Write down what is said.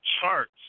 charts